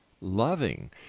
loving